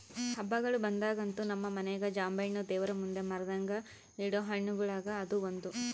ಹಬ್ಬಗಳು ಬಂದಾಗಂತೂ ನಮ್ಮ ಮನೆಗ ಜಾಂಬೆಣ್ಣು ದೇವರಮುಂದೆ ಮರೆದಂಗ ಇಡೊ ಹಣ್ಣುಗಳುಗ ಅದು ಒಂದು